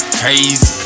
crazy